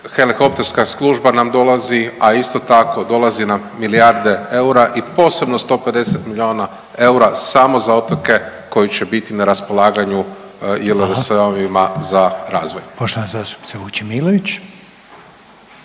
Helikopterska služba nam dolazi, a isto tako dolazi nam milijarde eura i posebno 150 milijuna eura samo za otoke koji će biti na raspolaganju JLS-ovima za razvoj. **Reiner, Željko